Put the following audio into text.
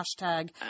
hashtag